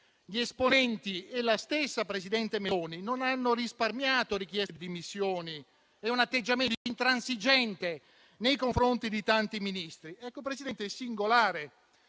d'Italia e la stessa presidente Meloni non hanno risparmiato richieste di dimissioni e un atteggiamento intransigente nei confronti di tanti Ministri. Ecco, signor Presidente, è singolare